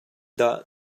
dah